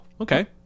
okay